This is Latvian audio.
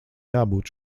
jābūt